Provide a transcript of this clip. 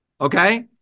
Okay